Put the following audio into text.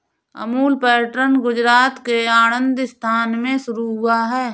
Amul pattern Gujarat के आणंद स्थान से शुरू हुआ है